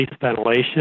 ventilation